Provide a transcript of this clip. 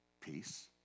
Peace